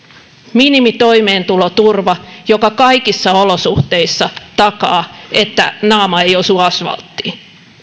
minimitoimeentuloturva joka kaikissa olosuhteissa takaa että naama ei osu asvalttiin